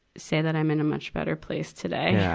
say that i'm in a much better place today. yeah.